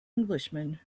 englishman